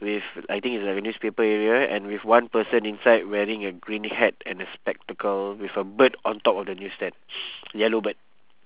with I think it's like a newspaper area and with one person inside wearing a green hat and a spectacle with a bird on top of the news stand yellow bird